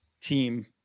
team